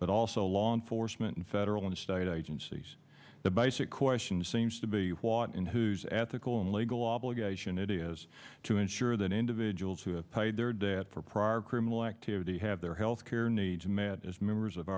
but also law enforcement and federal and state agencies the basic question seems to be lot in whose ethical and legal obligation it is to ensure that individuals who have paid their debt for prior criminal activity have their healthcare needs met as members of